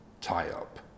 tie-up